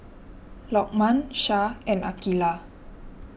Lokman Shah and Aqilah